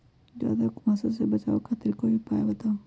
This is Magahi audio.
ज्यादा कुहासा से बचाव खातिर कोई उपाय बताऊ?